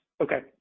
Okay